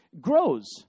grows